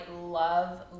love